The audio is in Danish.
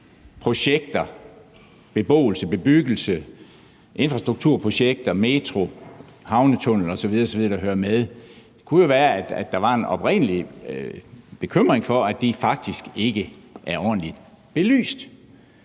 projekter med beboelse, bebyggelse, infrastruktur, metro, havnetunnel osv., der hører med. Det kunne jo være, at der var en oprigtig bekymring for, at de faktisk ikke er ordentligt belyst.